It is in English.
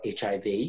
hiv